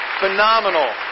Phenomenal